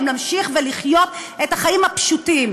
גם להמשיך ולחיות את החיים הפשוטים.